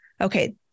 okay